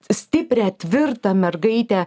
stiprią tvirtą mergaitę